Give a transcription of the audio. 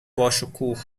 باشکوه